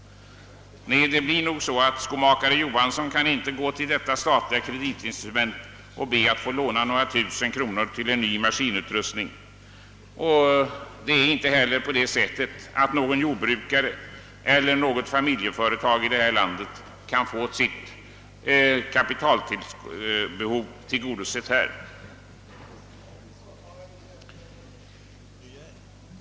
Nej, skomakare Johansson kan nog inte gå till detta statliga kreditinstitut och be att få låna några tusen kronor till en ny maskinutrustning, och någon jordbrukare eller något familjeföretag i detta land torde inte heller kunna få sitt kapitalbehov tillgodosett på denna väg.